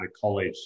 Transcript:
college